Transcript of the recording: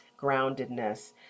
groundedness